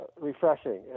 refreshing